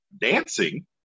dancing